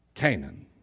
Canaan